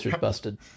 busted